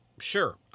Sure